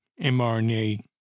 mRNA